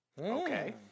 Okay